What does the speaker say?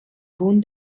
bund